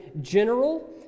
general